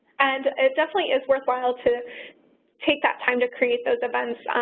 and it definitely is worthwhile to take that time to create those events.